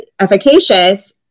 efficacious